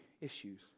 issues